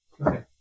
Okay